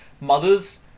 mothers